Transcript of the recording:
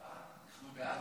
ההצעה להעביר